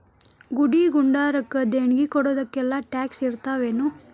ಗುಡಿ ಗುಂಡಾರಕ್ಕ ದೇಣ್ಗಿ ಕೊಡೊದಕ್ಕೆಲ್ಲಾ ಟ್ಯಾಕ್ಸ್ ಇರ್ತಾವೆನು?